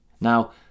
Now